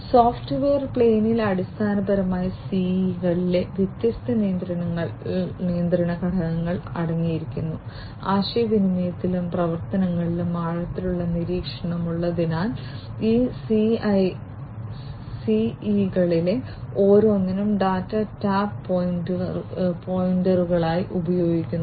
software പ്ലെയിനിൽ അടിസ്ഥാനപരമായി CE കളിലെ വ്യത്യസ്ത നിയന്ത്രണ ഘടകങ്ങൾ അടങ്ങിയിരിക്കുന്നു ആശയവിനിമയത്തിലും പ്രവർത്തനങ്ങളിലും ആഴത്തിലുള്ള നിരീക്ഷണം ഉള്ളതിനാൽ ഈ സിഇകളിൽ ഓരോന്നും ഡാറ്റ ടാപ്പ് പോയിന്റുകളായി ഉപയോഗിക്കുന്നു